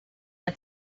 the